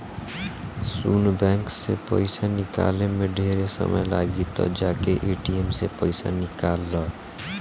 सुन बैंक से पइसा निकाले में ढेरे समय लागी त जाके ए.टी.एम से पइसा निकल ला